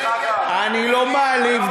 אני לא מעליב,